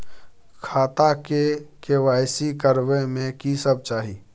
खाता के के.वाई.सी करबै में की सब चाही?